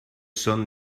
son